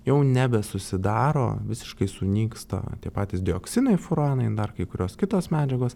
jau nebesusidaro visiškai sunyksta tie patys dioksinai furanai dar kai kurios kitos medžiagos